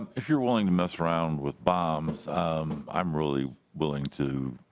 if you're willing to mess around with bombs um i'm really willing to